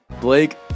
Blake